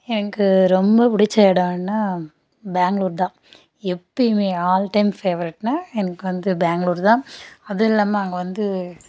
எனக்கு ரொம்ப பிடிச்ச இடம்னா பெங்ளூர் தான் எப்போயுமே ஆல் டைம் ஃபேவரெட்னா எனக்கு வந்து பெங்களுர் தான் அதுவும் இல்லாமல் அங்கே வந்து